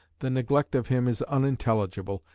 the neglect of him is unintelligible,